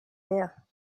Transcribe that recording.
there